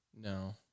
No